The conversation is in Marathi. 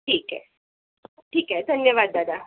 हं ठीक आहे ठीक आहे धन्यवाद दादा